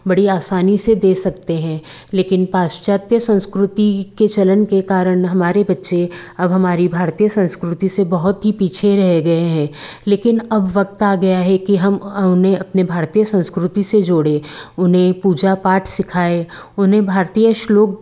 बड़ी आसानी से दे सकते हैं लेकिन पाश्चात्य संस्कृति के चलन के कारण हमारे बच्चे अब हमारी भारतीय संस्कृति से बहुत ही पीछे रह गए हैं लेकिन अब वक़्त आ गया है कि हम उन्हें अपने भारतीय संस्कृति से जोड़ें उन्हें पूजा पाठ सिखाएं उन्हें भारतीय श्लोक